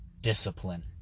discipline